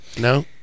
No